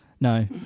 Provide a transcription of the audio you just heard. No